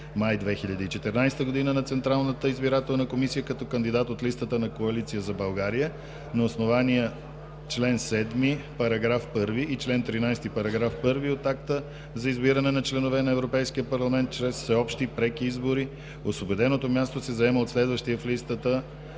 май 2014 г. на Централната избирателна комисия като кандидат от листата на Коалиция за България. На основание чл. 7, § 1 и чл. 13, § 1 от Акта за избиране на членове на Европейския парламент чрез всеобщи преки избори освободеното място се заема от следващия в листата